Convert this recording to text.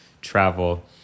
travel